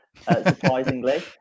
surprisingly